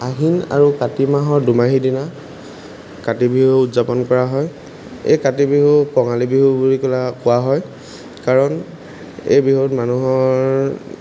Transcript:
আহিন আৰু কাতি মাহৰ দুমাহী দিনা কাতি বিহু উদযাপন কৰা হয় এই কাতি বিহু কঙালী বিহু বুলি ক'লে কোৱা হয় কাৰণ এই বিহুত মানুহৰ